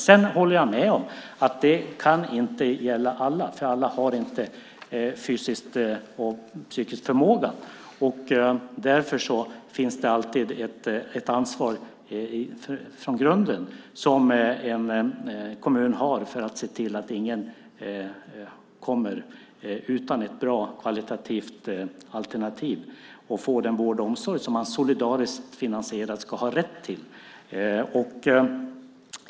Sedan håller jag med om att det inte kan gälla alla, för alla har inte fysiskt och psykiskt förmågan. Därför finns det alltid ett ansvar från grunden som en kommun har för att se till att ingen blir utan ett bra kvalitativt alternativ och får den solidariskt finansierade vård och omsorg som man ska ha rätt till.